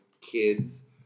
kids